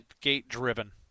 gate-driven